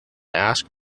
ask